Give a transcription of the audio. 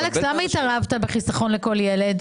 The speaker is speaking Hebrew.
למה התערבת בחיסכון לכל ילד?